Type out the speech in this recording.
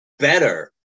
better